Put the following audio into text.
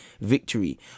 victory